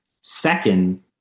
second